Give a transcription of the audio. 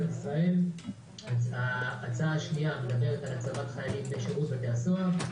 ישראל והשנייה על הצבת חיילים בשירות בתי הסוהר.